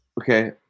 Okay